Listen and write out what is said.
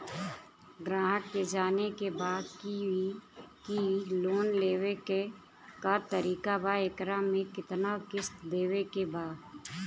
ग्राहक के जाने के बा की की लोन लेवे क का तरीका बा एकरा में कितना किस्त देवे के बा?